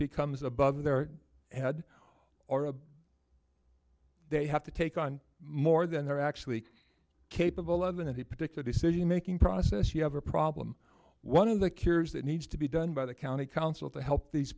becomes above their head or a they have to take on more than they're actually capable of in any particular decision making process you have a problem one of the cures that needs to be done by the county council to help these